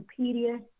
Wikipedia